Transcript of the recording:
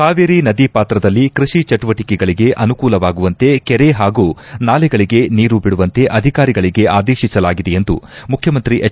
ಕಾವೇರಿ ನದಿ ಪಾತ್ರದಲ್ಲಿ ಕೃಷಿ ಚಟುವಟಕೆಗಳಿಗೆ ಅನುಕೂಲವಾಗುವಂತೆ ಕೆರೆ ಹಾಗೂ ನಾಲೆಗಳಿಗೆ ನೀರು ಬಿಡುವಂತೆ ಅಧಿಕಾರಿಗಳಿಗೆ ಆದೇತಿಸಲಾಗಿದೆ ಎಂದು ಮುಖ್ಯಮಂತ್ರಿ ಎಚ್